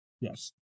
yes